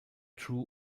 drew